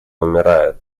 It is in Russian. умирают